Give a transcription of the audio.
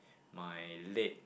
my late